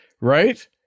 Right